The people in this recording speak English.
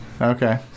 okay